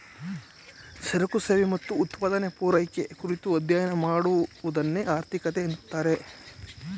ಸರಕು ಸೇವೆ ಮತ್ತು ಉತ್ಪಾದನೆ, ಪೂರೈಕೆ ಕುರಿತು ಅಧ್ಯಯನ ಮಾಡುವದನ್ನೆ ಆರ್ಥಿಕತೆ ಅಂತಾರೆ